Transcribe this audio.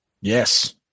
Yes